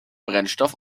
brennstoff